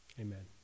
amen